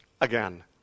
Again